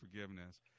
forgiveness